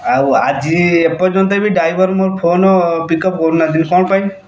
ଆଉ ଆଜି ଏପର୍ଯ୍ୟନ୍ତ ବି ଡ଼୍ରାଇଭର୍ ମୋର ଫୋନ୍ ପିକ୍ ଅପ୍ କରୁନାହାଁନ୍ତି କଣ ପାଇଁ